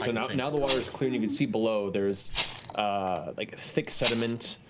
but and now the water's clear and you can see below there's like thick sediment,